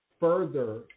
further